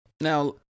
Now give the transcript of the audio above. now